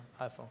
iPhone